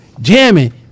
Jamming